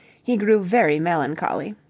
he grew very melancholy,